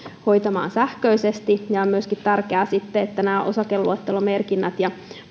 hoitamaan sähköisesti on myöskin tärkeää että nämä osakeluettelomerkinnät ja